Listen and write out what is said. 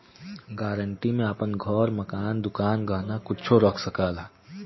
guarantee में आपन घर, मकान, दुकान, गहना कुच्छो रख सकला